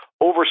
over